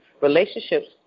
relationships